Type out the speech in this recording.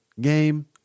game